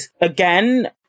again